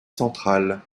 centrale